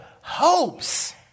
hopes